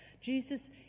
Jesus